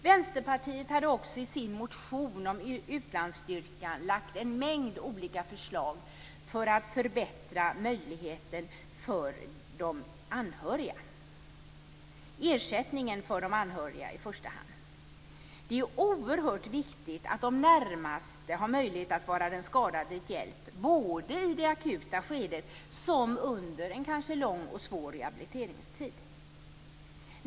Vänsterpartiet hade också i sin motion om utlandsstyrkan en mängd olika förslag för att förbättra de anhörigas möjligheter. Det gäller i första hand ersättningen för de anhöriga. Det är oerhört viktigt att de närmaste har möjlighet att vara den skadade till hjälp både i det akuta skedet och under kanske en lång och svår rehabiliteringstid.